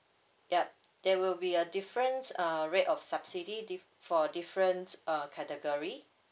yup there will be a difference uh rate of subsidy diff~ for different uh category